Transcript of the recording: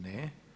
Ne.